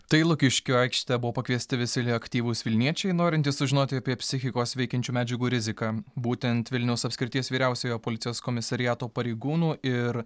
tai į lukiškių aikštę buvo pakviesti visi aktyvūs vilniečiai norintys sužinoti apie psichikos veikiančių medžiagų riziką būtent vilniaus apskrities vyriausiojo policijos komisariato pareigūnų ir